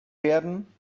werden